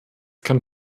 kann